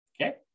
okay